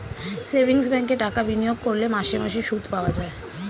savings ব্যাঙ্কে টাকা বিনিয়োগ করলে মাসে মাসে সুদ পাওয়া যায়